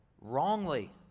wrongly